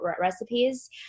recipes